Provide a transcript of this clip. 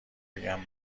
بگم